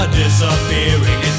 disappearing